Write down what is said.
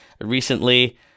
recently